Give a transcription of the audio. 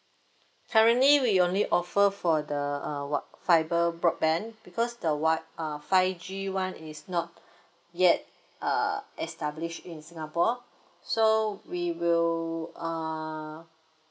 currently we only offer for the uh wi~ fiber broadband because the wi~ uh five G [one] is not yet uh established in singapore so we will uh